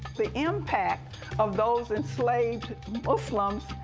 the impact of those enslaved muslims,